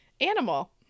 animal